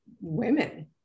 women